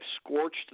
scorched